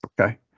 Okay